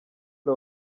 fla